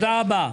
תודה רבה.